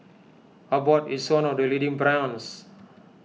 Abbott is one of the leading brands